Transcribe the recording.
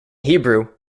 hebrew